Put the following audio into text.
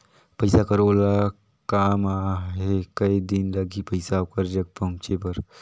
पइसा कर ओला काम आहे कये दिन लगही पइसा ओकर जग पहुंचे बर?